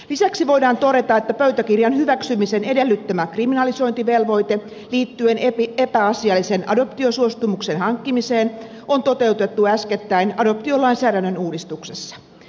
lisäksi voidaan todeta että pöytäkirjan hyväksymisen edellyttämä kriminalisointivelvoite liittyen epäasiallisen adoptiosuostumuksen hankkimiseen on toteutettu äskettäin adoptiolainsäädännön uudistuksessa